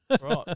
Right